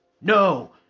no